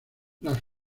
las